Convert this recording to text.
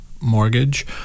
mortgage